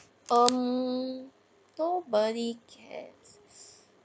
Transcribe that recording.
um nobody cares